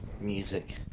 music